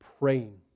Praying